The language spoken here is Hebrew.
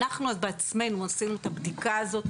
אנחנו בעצמנו עשינו את הבדיקה הזאת,